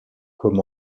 comme